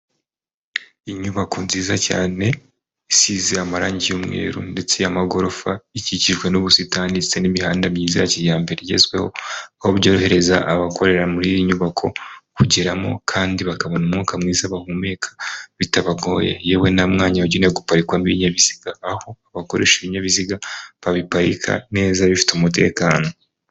Inyubako nziza cyane isize amarangi y'umweru ndetse amagorofa ikikijwe n'ubusitani ndetse n'imihanda myiza ya kijyambere igezweho aho byorohereza abakorera muri iyi nyubako, kugeramo kandi bakabona umwuka mwiza bahumeka bitabagoye yewe nta mwanya ugenewe guparikwamo ibinyabiziga aho bakoresha ibinyabiziga babiparika neza bifite umutekano.